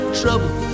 trouble